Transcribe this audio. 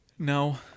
No